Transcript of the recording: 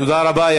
תודה רבה.